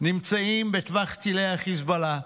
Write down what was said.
נמצאים בטווח טילי חיזבאללה,